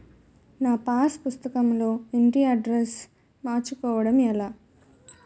నా పాస్ పుస్తకం లో ఇంటి అడ్రెస్స్ మార్చుకోవటం ఎలా?